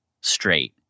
straight